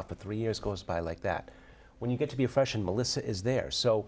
but three years goes by like that when you get to be a freshman melissa is there so